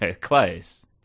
close